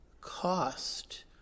cost